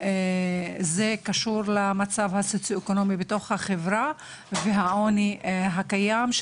קשור למצב הסוציו אקונומי בתוך החברה ולעוני הקיים,